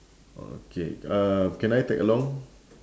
okay uh can I tag along